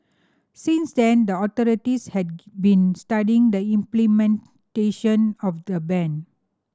since then the authorities had been studying the implementation of the ban